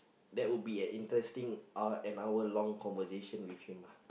that would be an interesting uh an hour long conversation with him uh